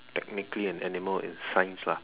technically an animal in science lah